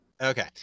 Okay